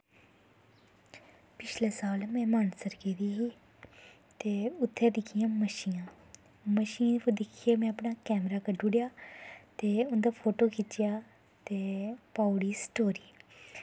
पिछले साल में मानसर गेदी ही ते उत्थें दिक्खियां मच्छियां मच्छियें गी दिक्खियै में अपना कैमरा कड्ढी ओड़ेआ ते उं'दा फोटो खिच्चेआ ते पाई ओड़ी स्टोरी